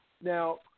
Now